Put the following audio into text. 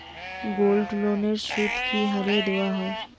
গোল্ডলোনের সুদ কি হারে দেওয়া হয়?